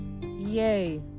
Yay